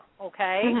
okay